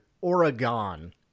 Oregon